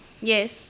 Yes